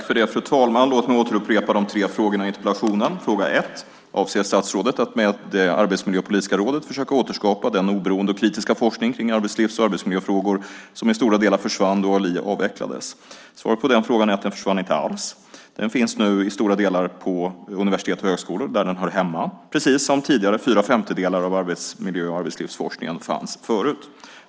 Fru talman! Låt mig upprepa de tre frågorna i interpellationen. Den första fråga är: Avser statsrådet att med det arbetsmiljöpolitiska rådet försöka återskapa den oberoende och kritiska forskning kring arbetslivs och arbetsmiljöfrågor som i stora delar försvann då ALI avvecklades? Svaret på den frågan är att den inte försvann alls. Den finns nu i stora delar på universitet och högskolor där den hör hemma, precis som tidigare fyra femtedelar av arbetsmiljö och arbetslivsforskningen fanns.